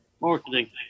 marketing